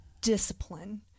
discipline